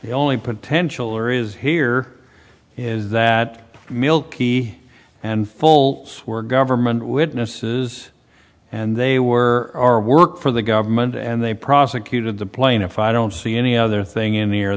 the only potential areas here that milky and fultz were government witnesses and they were our work for the government and they prosecuted the plaintiff i don't see any other thing in the air